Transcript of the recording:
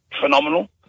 phenomenal